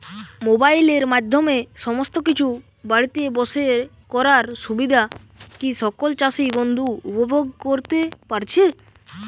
মোবাইলের মাধ্যমে সমস্ত কিছু বাড়িতে বসে করার সুবিধা কি সকল চাষী বন্ধু উপভোগ করতে পারছে?